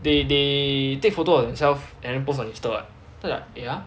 they they take photo of themselves and then post on insta what then I like !aiya!